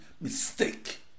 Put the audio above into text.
mistake